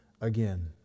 again